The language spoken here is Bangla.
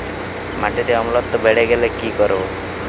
মাটিতে অম্লত্ব বেড়েগেলে কি করব?